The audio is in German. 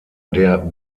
der